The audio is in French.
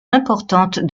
importante